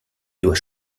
doit